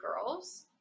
girls